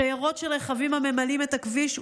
שיירות של רכבים ממלאות את הכביש,